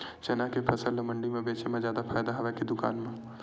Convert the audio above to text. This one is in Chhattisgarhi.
चना के फसल ल मंडी म बेचे म जादा फ़ायदा हवय के दुकान म?